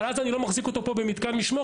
אבל אז אני לא מחזיק אותו פה במתקן משמורת.